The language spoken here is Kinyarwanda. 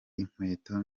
inkweto